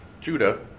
Judah